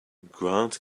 grant